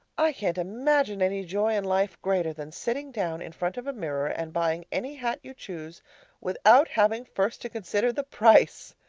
i can't imagine any joy in life greater than sitting down in front of a mirror and buying any hat you choose without having first to consider the price!